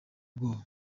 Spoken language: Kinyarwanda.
ubwoba